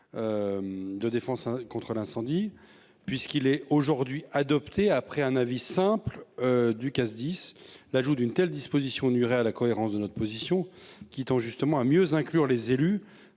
De défense contre l'incendie, puisqu'il est aujourd'hui adopté après un avis simple du Ducasse 10 l'ajout d'une telle disposition nuirait à la cohérence de notre position qui tend justement à mieux inclure les élus